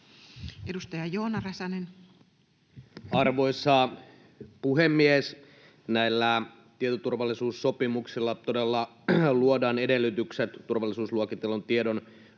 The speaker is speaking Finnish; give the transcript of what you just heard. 18:48 Content: Arvoisa puhemies! Näillä tietoturvallisuussopimuksilla todella luodaan edellytykset turvallisuusluokitellun tiedon